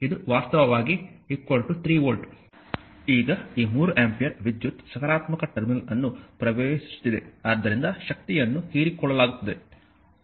ಈಗ ಈ 3 ಆಂಪಿಯರ್ ವಿದ್ಯುತ್ ಸಕಾರಾತ್ಮಕ ಟರ್ಮಿನಲ್ ಅನ್ನು ಪ್ರವೇಶಿಸುತ್ತಿದೆ ಆದ್ದರಿಂದ ಶಕ್ತಿಯನ್ನು ಹೀರಿಕೊಳ್ಳಲಾಗುತ್ತಿದೆ